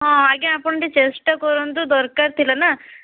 ହଁ ଆଜ୍ଞା ଆପଣ ଟିକେ ଚେଷ୍ଟା କରନ୍ତୁ ଦରକାର ଥିଲାନା